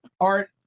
art